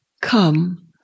come